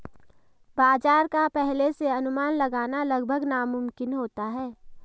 बाजार का पहले से अनुमान लगाना लगभग नामुमकिन होता है